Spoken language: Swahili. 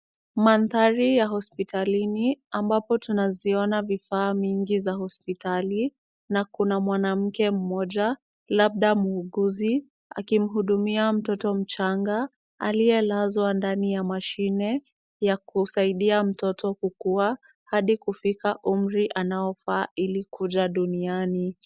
Mandhari ya hospitalini ambapo tunaziona vifaa mingi za hospitali na kuna mwanamke mmoja labda muuguzi akimhudumia mtoto mchanga aliyelazwa ndani ya mashine ya kusaidia mtoto kukua hadi kufika umri anaofaa ili kuja duniani.